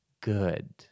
good